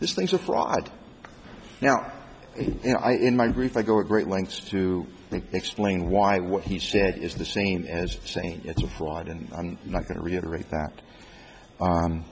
this leads to fraud now in my grief i go to great lengths to explain why what he said is the same as saying it's a fraud and i'm not going to reiterate that